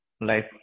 life